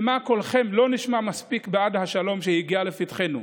שמא קולכם לא נשמע מספיק בעד השלום שהגיע לפתחנו?